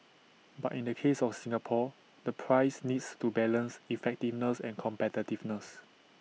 but in the case of Singapore the price needs to balance effectiveness and competitiveness